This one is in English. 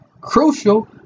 crucial